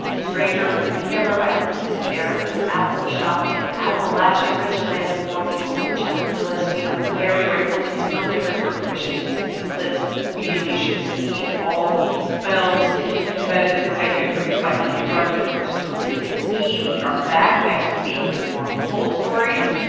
stranger with a camera by elizabeth barret of appalshop and appalachia rich land, poor people by jack willis. we are very grateful to these filmmakers for permission to use these clips. you really should see all of these films embedded is executive produced by anya grundmann, chris turpin and me. we are back next week with more coal stories.